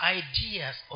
ideas